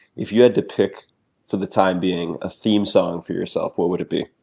if you had to pick for the time being a theme song for yourself, what would it be?